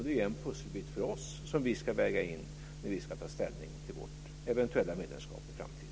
Det är en pusselbit för oss som vi ska väga in när vi ska ta ställning till vårt eventuella medlemskap i framtiden.